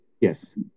yes